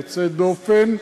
יוצא דופן,